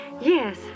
Yes